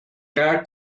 era